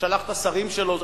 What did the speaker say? שלח את השרים שלו.